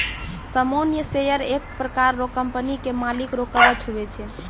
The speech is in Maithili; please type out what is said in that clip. सामान्य शेयर एक प्रकार रो कंपनी के मालिक रो कवच हुवै छै